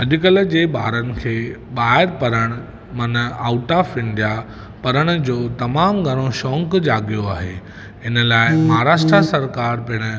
अॼुकल्ह जे ॿारनि खे ॿाहिरि पढ़ण माना आउट ऑफ इंडिया पढ़ण जो तमामु घणो शौक़ु जाॻियो आहे हिन लाइ महाराष्ट्रा सरकारि पिण